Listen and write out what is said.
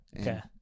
Okay